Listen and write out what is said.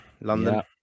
London